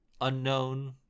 Unknown